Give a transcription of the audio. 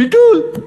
ביטול.